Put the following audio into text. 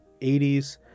80s